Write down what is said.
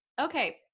Okay